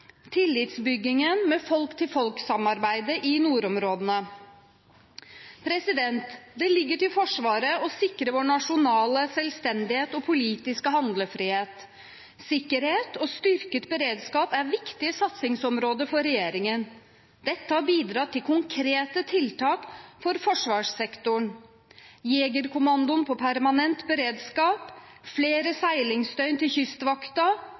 tillitsbyggingen med folk-til-folk-samarbeidet i nordområdene. Det ligger til Forsvaret å sikre vår nasjonale selvstendighet og politiske handlefrihet. Sikkerhet og styrket beredskap er viktige satsingsområder for regjeringen. Dette har bidratt til konkrete tiltak for forsvarssektoren: Jegerkommandoen på permanent beredskap, flere seilingsdøgn til Kystvakten,